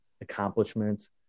accomplishments